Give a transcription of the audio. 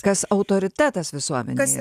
kas autoritetas visuomenėje